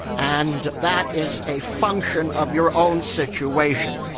and that is a function of your own situation.